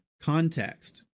context